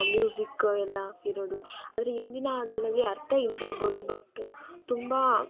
ಮ್ಯೂಸಿಕ್ಕ ಎಲ್ಲ ಇರೋದು ಆದರೆ ಇಂದಿನ ಹಾಡುಗಳಲ್ಲಿ ಅರ್ಥ ಇಲ್ಲದಿರ್ಬೋದು ಬಟ್ಟು ತುಂಬ